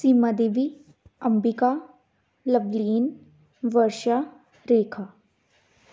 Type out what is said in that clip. Seema Devi Ambika Lovleen Varsha Rekha